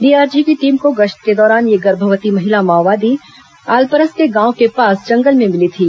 DRG की team को गश्त के दौरान यह गर्भवती महिला माओवादी आलपरस गांव के पास जंगल में मिली थी